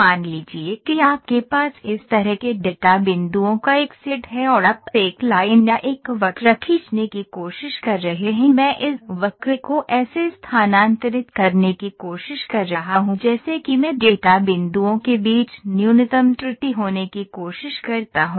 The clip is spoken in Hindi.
मान लीजिए कि आपके पास इस तरह के डेटा बिंदुओं का एक सेट है और आप एक लाइन या एक वक्र खींचने की कोशिश कर रहे हैं मैं इस वक्र को ऐसे स्थानांतरित करने की कोशिश कर रहा हूं जैसे कि मैं डेटा बिंदुओं के बीच न्यूनतम त्रुटि होने की कोशिश करता हूं